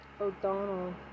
O'Donnell